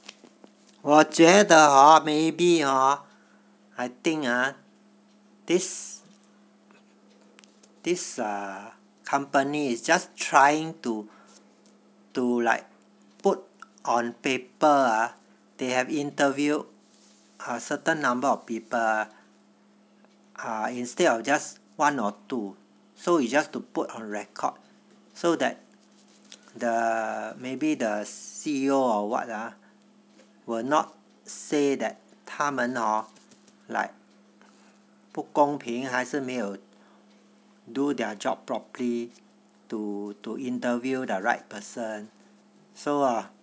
我觉得 hor maybe hor I think ah this this company is just trying to to like put on paper ah they have interviewed a certain number of people ah instead of just one or two so it's just to put on record so that the maybe the C_E_O or what ah will not say that 他们 hor like 不公平还是没有 do their job properly to to interview the right person so uh